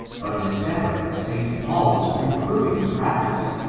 but instead of st. paul's reproving the practice,